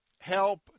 help